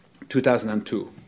2002